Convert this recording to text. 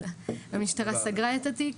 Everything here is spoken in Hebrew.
המשטרה סגרה את התיק,